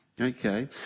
Okay